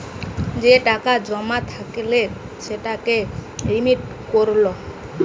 যে টাকা জমা থাইকলে সেটাকে রিডিম করে লো